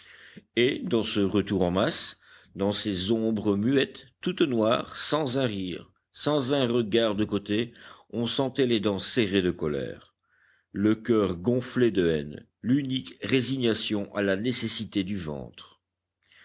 et dans ce retour en masse dans ces ombres muettes toutes noires sans un rire sans un regard de côté on sentait les dents serrées de colère le coeur gonflé de haine l'unique résignation à la nécessité du ventre